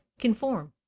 conform